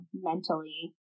mentally